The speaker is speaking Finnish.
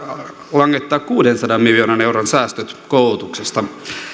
langettaa kuudensadan miljoonan euron säästöt koulutukseen